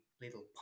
Little